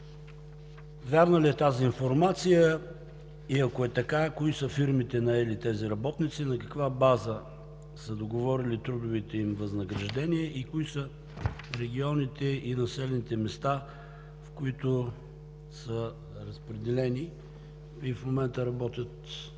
вярна ли е тази информация? Ако е така, кои са фирмите, наели тези работници? На каква база са договорили трудовите им възнаграждения? Кои са регионите и населените места, в които са разпределени, и в момента работят и